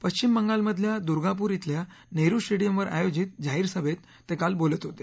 पश्विम बंगालमधल्या दुर्गापूर खिल्या नेहरु स्टेडियमवर आयोजित जाहीर सभेत ते काल बोलत होते